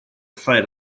fight